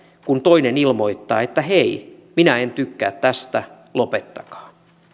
kun toinen ilmoittaa että hei minä en tykkää tästä lopettakaa